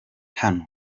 hano